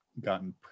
gotten